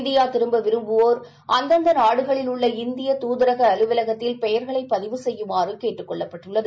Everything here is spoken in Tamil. இந்தியா திரும்ப விரும்புவோா் அந்தந்த நாடுகளில் உள்ள இந்திய தூதரக அலவலகத்தில் பெயர்களை பதிவு செய்யுமாறு கேட்டுக் கொள்ளப்பட்டுள்ளது